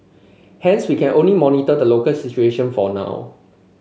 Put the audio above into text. hence we can only monitor the local situation for now